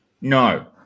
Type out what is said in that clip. No